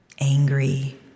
angry